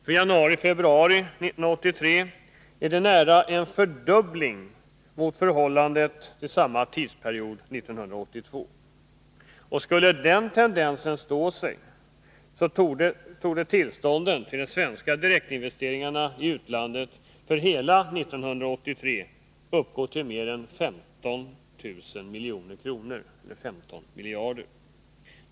För januari-februari 1983 är det nära en fördubbling mot förhållandet vid samma tidsperiod 1982. Skulle den tendensen stå sig, torde tillstånden till de svenska direktinvesteringarna i utlandet för hela 1983 komma att uppgå till mer än 15 miljarder.